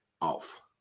off